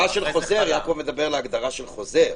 יעקב מדבר על ההגדרה של חוזר.